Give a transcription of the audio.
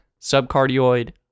subcardioid